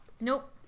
nope